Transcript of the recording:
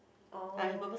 oh